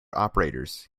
operators